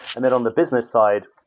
and then on the business side,